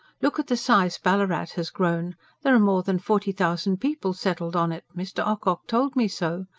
look at the size ballarat has grown there are more than forty thousand people settled on it mr. ocock told me so.